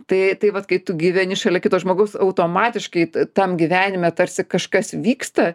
tai tai vat kai tu gyveni šalia kito žmogaus automatiškai tam gyvenime tarsi kažkas vyksta